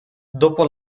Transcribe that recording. dopo